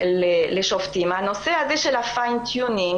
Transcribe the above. הנושא של הפיין-טיונינג,